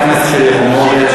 תמשיך לבקש.